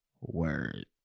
word